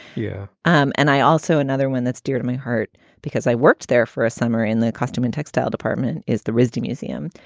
yeah. um and i also another one that's dear to my heart because i worked there for a summer in the custom and textile department is the rizzotti museum,